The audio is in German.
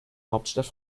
hauptstadt